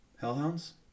Hellhounds